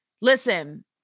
Listen